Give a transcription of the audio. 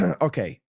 okay